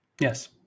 Yes